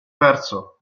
perso